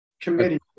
committee